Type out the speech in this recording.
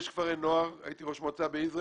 יש כפרי נוער, הייתי ראש מועצה ביזרעאל,